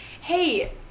hey